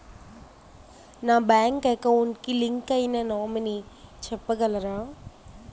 నా bank account కి link అయినా నామినీ చెప్పగలరా?